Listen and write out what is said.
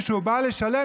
כשהוא בא לשלם,